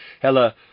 Hela